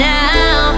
now